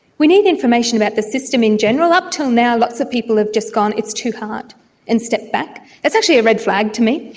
we need information about the system in general. up until now lots of people have just gone it's too hard and stepped back. that's actually a red flag to me,